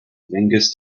vigus